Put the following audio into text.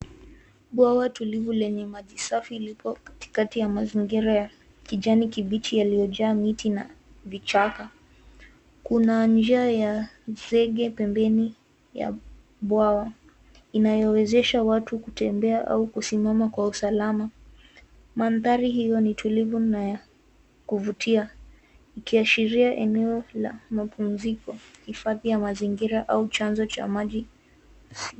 Bwawa tulivu lenye maji safi liko katikati ya mazingira ya kijani kibichi yaliyojaa miti na vichaka. Kuna njia ya zege pembeni ya bwawa inayowezesha watu kutembea au kusimama kwa usalama. Mandhari hiyo ni tulivu na ya kuvutia ikiashiria eneo la mapumziko, hifadhi ya mazingira au chanzo cha maji.